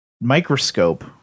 microscope